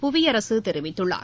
புவியரசு தெரிவித்துள்ளார்